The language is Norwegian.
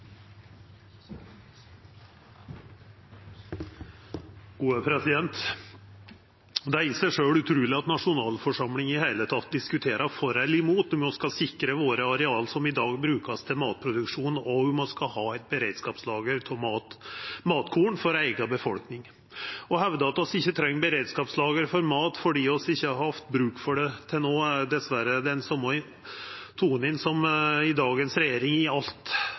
i seg sjølv utruleg at nasjonalforsamlinga i det heile diskuterer, for eller imot, om vi skal sikra dei areala som i dag vert brukte til matproduksjon, og om vi skal ha eit beredskapslager av matkorn for eiga befolkning. Å hevda at vi ikkje treng beredskapslager for mat fordi vi ikkje har hatt bruk for det til no, er dessverre den same tonen som dagens regjering har i alt,